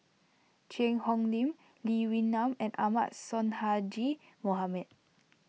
Cheang Hong Lim Lee Wee Nam and Ahmad Sonhadji Mohamad